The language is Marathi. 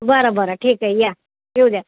बरं बरं ठीक आहे या येऊ द्या